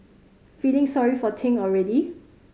feeling sorry for Ting already